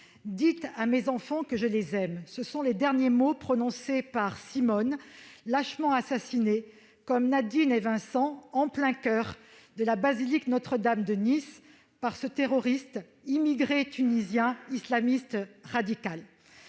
Dites à mes enfants que je les aime »: tels sont les derniers mots prononcés par Simone, lâchement assassinée, comme Nadine et Vincent, en plein coeur de la basilique Notre-Dame de Nice par ce terroriste immigré tunisien, islamiste radical.